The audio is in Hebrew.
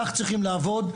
כך צריכים לעבוד,